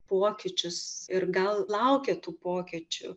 pokyčius ir gal laukė tų pokyčių